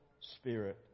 spirit